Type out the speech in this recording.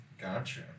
Gotcha